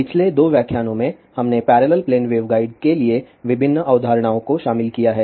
पिछले 2 व्याख्यानों में हमने पैरेलल प्लेन वेवगाइड के लिए विभिन्न अवधारणाओं को शामिल किया है